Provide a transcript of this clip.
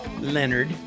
Leonard